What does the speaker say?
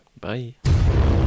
bye